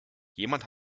jemand